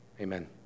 Amen